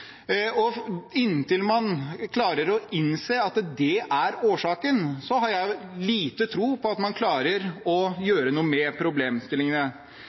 Inntil man klarer å innse at det er årsaken, har jeg lite tro på at man klarer å gjøre noe med problemstillingene.